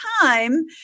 time